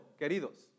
queridos